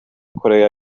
korea